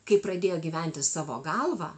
kai pradėjo gyventi savo galva